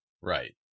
Right